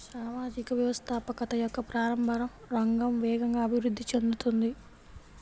సామాజిక వ్యవస్థాపకత యొక్క ప్రారంభ రంగం వేగంగా అభివృద్ధి చెందుతోంది